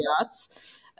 yachts